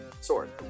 sword